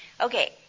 Okay